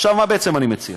עכשיו, מה בעצם אני מציע?